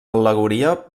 al·legoria